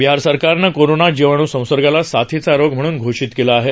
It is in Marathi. बिहार सरकारनं कोरोना जिवाणू संसर्गाला साथीचा रोग म्हणून घोषित केलं आहे